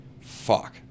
Fuck